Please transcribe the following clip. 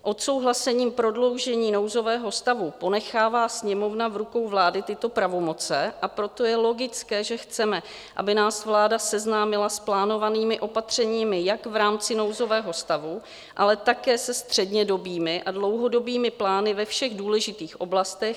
Odsouhlasením prodloužení nouzového stavu ponechává Sněmovna v rukou vlády tyto pravomoci, a proto je logické, že chceme, aby nás vláda seznámila s plánovanými opatřeními jak v rámci nouzového stavu, ale také se střednědobými a dlouhodobými plány ve všech důležitých oblastech.